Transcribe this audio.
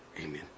Amen